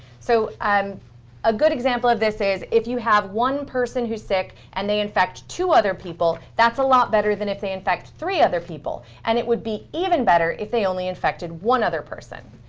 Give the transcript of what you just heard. so um a good example of this is, if you have one person who's sick and they infect two other people, that's a lot better than if they infect three other people. and it would be even better if they only infected one other person.